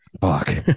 Fuck